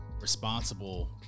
responsible